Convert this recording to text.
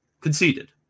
conceded